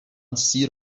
سیر